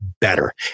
better